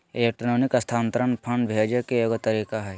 electronic स्थानान्तरण fund भेजे के एगो तरीका हइ